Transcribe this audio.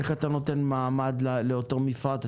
איך אתה נותן מעמד לאותו מפרט?